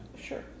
Sure